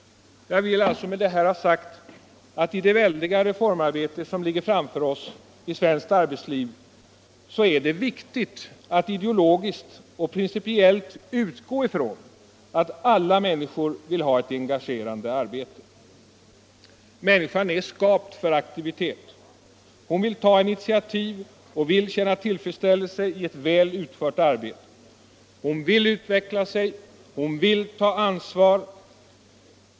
Jag vill med detta ha sagt att i det väldiga reformarbete som ligger framför oss i svenskt arbetsliv är det viktigt att ideologiskt och principiellt utgå ifrån att alla människor vill ha ett engagerande arbete. Människan är skapt för aktivitet. Hon vill ta initiativ och vill känna tillfredsställelse i ett väl utfört arbete. Hon vill utveckla sig och vill ta ansvar.